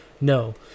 No